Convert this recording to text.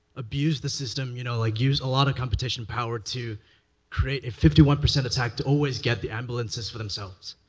abuse the system, you know, like use a lot of competition power to create fifty one percent attack to always get the ambulances for themselves?